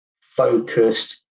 focused